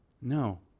No